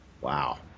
Wow